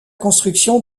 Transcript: construction